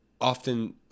often